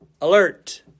alert